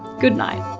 good night.